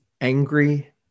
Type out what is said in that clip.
angry